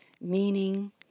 meaning